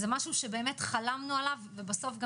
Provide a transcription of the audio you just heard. זה משהו שבאמת חלמנו עליו ובסוף גם